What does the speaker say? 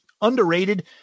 underrated